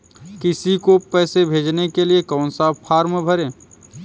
किसी को पैसे भेजने के लिए कौन सा फॉर्म भरें?